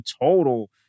total